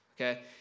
okay